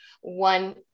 one